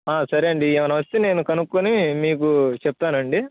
సరే అండి ఏమన్నా వస్తే నేను కనుక్కొని మీకు చెబుతానండి